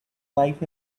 life